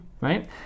right